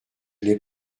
n’ai